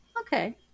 Okay